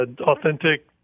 authentic